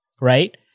right